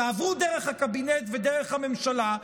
יעברו דרך הקבינט ודרך הממשלה,